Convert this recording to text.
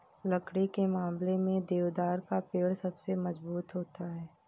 लकड़ी के मामले में देवदार का पेड़ सबसे मज़बूत होता है